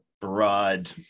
broad